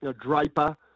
Draper